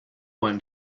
one